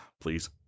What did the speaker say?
Please